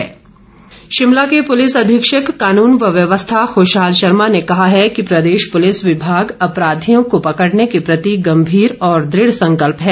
अभियान शिमला के पुलिस अधीक्षक कानून व व्यवस्था खुशहाल शर्मा ने कहा है कि प्रदेश पुलिस विभाग अपराधियों को पकड़ने के प्रति गंभीर और दृढ़ संकल्प है